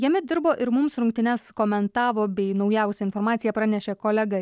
jame dirbo ir mums rungtynes komentavo bei naujausią informaciją pranešė kolega